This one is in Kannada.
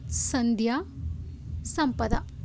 ಸಂಧ್ಯಾ ಸಂಪದ